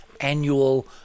annual